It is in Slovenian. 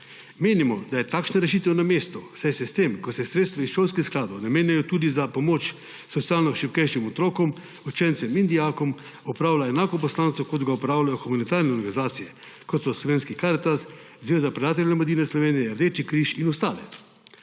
Menimo, da je takšna rešitev na mestu, saj se s tem, ko se sredstva iz šolskih skladov namenjajo tudi za pomoč socialno šibkejšim otrokom, učencem in dijakom, opravlja enako poslanstvo, kot ga opravljajo humanitarne organizacije kot so slovenski Karitas, Zveza prijateljev mladine Slovenije, Rdeči križ in ostale.